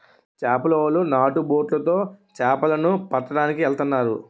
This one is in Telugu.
చేపలోలు నాటు బొట్లు తో చేపల ను పట్టడానికి ఎల్తన్నారు